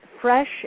fresh